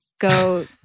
go—